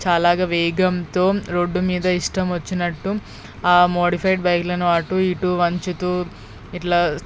చాలా వేగంతో రోడ్డుమీద ఇష్టం వచ్చినట్టు మోడిఫైడ్ బైక్లను అటూ ఇటూ వంచుతూ ఇట్లా